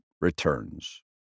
returns